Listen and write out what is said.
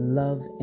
love